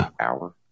hour